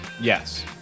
Yes